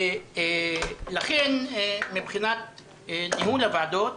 לכן, מבחינת ניהול הוועדות,